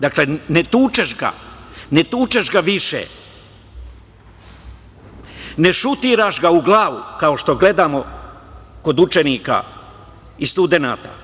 Dakle, ne tučeš ga, ne tučeš ga više, ne šutiraš ga u glavu, kao što gledamo kod učenika i studenata.